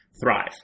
thrive